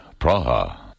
Praha